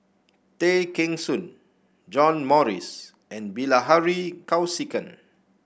Tay Kheng Soon John Morrice and Bilahari Kausikan